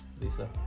Lisa